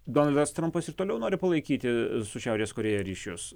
donaldas trampas ir toliau nori palaikyti su šiaurės korėja ryšius